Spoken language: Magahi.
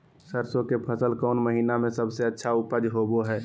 सरसों के फसल कौन महीना में सबसे अच्छा उपज होबो हय?